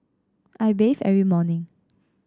I bathe every morning